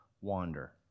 wander